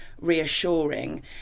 reassuring